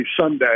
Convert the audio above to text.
sunday